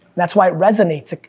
that's why it resonates,